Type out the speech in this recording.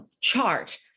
chart